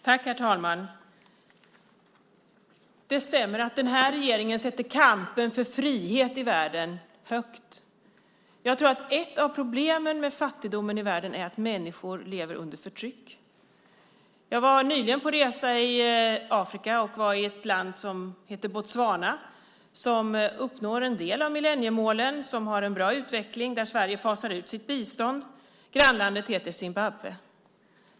Herr talman! Det stämmer att den här regeringen sätter kampen för frihet i världen högt. Jag tror att ett av problemen med fattigdomen i världen är att människor lever under förtryck. Jag var nyligen på resa i Afrika och besökte ett land som heter Botswana, som uppnår en del av millenniemålen, som har en bra utveckling och där Sverige fasar ut sitt bistånd. Grannlandet heter Zimbabwe.